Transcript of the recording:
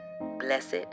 Blessed